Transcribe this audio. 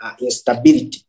instability